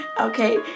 okay